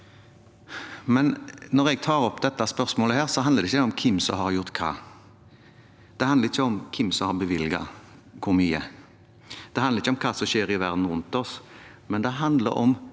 Når jeg tar opp dette spørsmålet, handler det ikke om hvem som har gjort hva, det handler ikke om hvem som har bevilget hvor mye, det handler ikke om hva som skjer i verden rundt oss, men det handler om